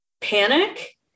panic